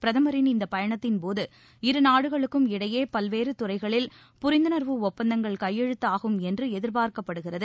பிரதமரின் இந்த பயனத்தின்போது இரு நாடுகளுக்கும் இடையே பல்வேறு துறைகளில் புரிந்துணர்வு ஒப்பந்தங்கள் கையெழுத்தாகும் என்று எதிர்பார்க்கப்படுகிறது